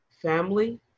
family